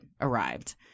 arrived